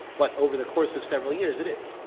but over the course of several years it is.